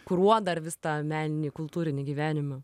kuruot dar vis tą meninį kultūrinį gyvenimą